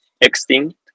extinct